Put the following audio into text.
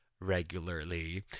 regularly